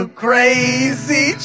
crazy